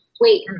Wait